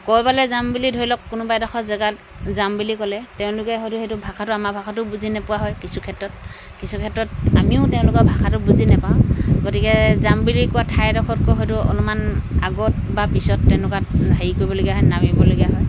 ক'ৰবালৈ যাম বুলি ধৰি লওক কোনোবা এডোখৰ জেগাত যাম বুলি ক'লে তেওঁলোকে হয়তো সেইটো ভাষাটো আমাৰ ভাষাটো বুজি নোপোৱা হয় কিছু ক্ষেত্ৰত কিছু ক্ষেত্ৰত আমিও তেওঁলোকৰ ভাষাটো বুজি নাপাওঁ গতিকে যাম বুলি কোৱা ঠাইডোখৰতকৈ হয়তো অনুমান আগত বা পিছত তেনেকুৱা হেৰি কৰিবলগীয়া হয় নামিবলগীয়া হয়